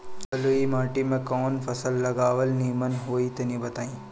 बलुई माटी में कउन फल लगावल निमन होई तनि बताई?